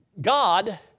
God